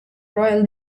royal